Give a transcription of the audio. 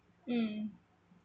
mm